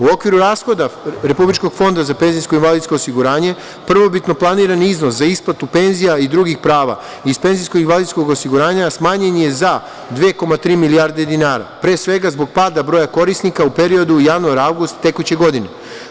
U okviru rashoda Republičkog Fonda za penzijsko i invalidsko osiguranje prvobitno planirani iznos za isplatu penzija i drugih prava iz penzijskog i invalidskog osiguranja smanjen je za 2,3 milijarde dinara, pre svega zbog pada broja korisnika u periodu januar-avgust tekuće godine.